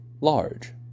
large